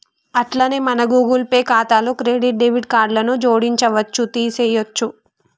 అట్లనే మన Google Pay ఖాతాలో క్రెడిట్ డెబిట్ కార్డులను జోడించవచ్చు తీసేయొచ్చు